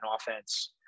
offense